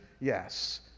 Yes